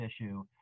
issue